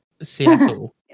Seattle